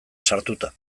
sartuta